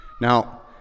Now